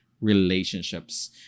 relationships